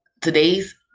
today's